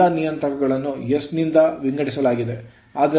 ಎಲ್ಲಾ ನಿಯತಾಂಕಗಳನ್ನು s ನಿಂದ ವಿಂಗಡಿಸಲಾಗಿದೆ